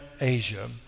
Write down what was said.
Asia